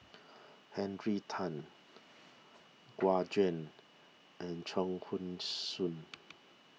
Henry Tan Gu Juan and Chuang Hui Tsuan